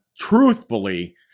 truthfully